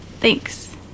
thanks